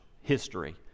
history